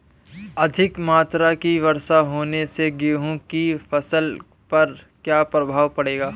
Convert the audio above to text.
अधिक मात्रा की वर्षा होने से गेहूँ की फसल पर क्या प्रभाव पड़ेगा?